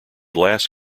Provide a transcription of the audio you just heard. last